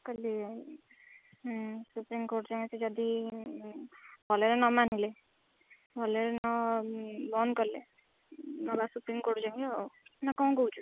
କାଲି supreme court ଯାଏ ସେ ଯଦି ଭଲରେ ନ ମାନିଲେ ଭଲରେ ନ ବନ୍ଦ କଲେ ନବା ସୁପ୍ରିମ୍ କୋର୍ଟ ଯାକେ ଆଉ ନା କ'ଣ କହୁଛୁ